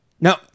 No